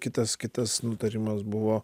kitas kitas nutarimas buvo